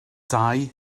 dau